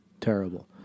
terrible